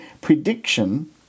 prediction